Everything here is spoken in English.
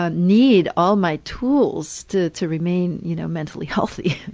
ah need all my tools to to remain, you know, mentally healthy.